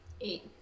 Eight